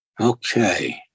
Okay